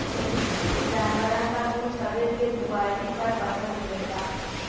जानवरन त कुल सबे के दुआरी पर बँधल रहेला